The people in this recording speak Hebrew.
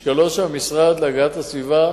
משקלו של המשרד להגנת הסביבה